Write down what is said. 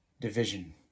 division